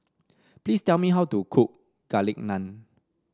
please tell me how to cook Garlic Naan